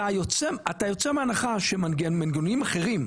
אתה יוצא מהנחה שמנגנונים אחרים,